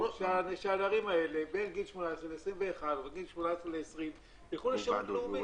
שהנערים האלה בין גיל 18 ל-20 ילכו לשירות לאומי,